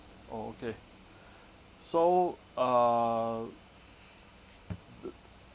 oh okay so uh